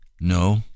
No